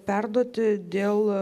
perduoti dėl